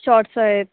shorts आहेत